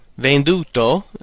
venduto